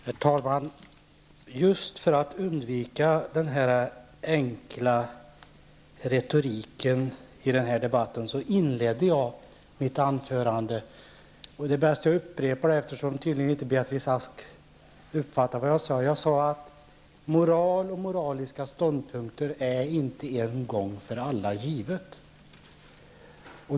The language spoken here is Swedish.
Herr talman! Jag inledde mitt anförande på ett sådant sätt att man skulle kunna undvika den här enkla retoriken i debatten. Eftersom Beatrice Ask tydligen inte uppfattade vad jag sade skall jag upprepa det. Jag sade att moral och moraliska ståndpunkter inte är en gång för alla givna.